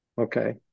Okay